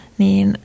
niin